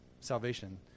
salvation